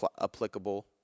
applicable